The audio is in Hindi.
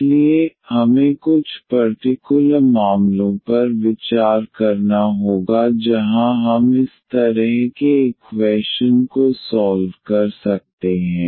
इसलिए हमें कुछ पर्टिकुलर मामलों पर विचार करना होगा जहां हम इस तरह के इक्वैशन को सॉल्व कर सकते हैं